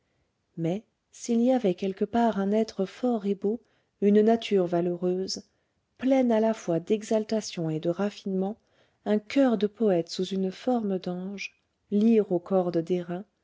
mais s'il y avait quelque part un être fort et beau une nature valeureuse pleine à la fois d'exaltation et de raffinements un coeur de poète sous une forme d'ange lyre aux cordes d'airain